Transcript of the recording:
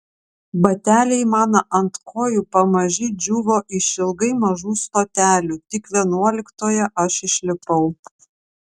bateliai man ant kojų pamaži džiūvo išilgai mažų stotelių tik vienuoliktoje aš išlipau